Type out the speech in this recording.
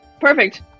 perfect